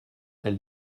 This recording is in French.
elle